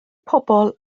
pobl